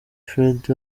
fred